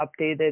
updated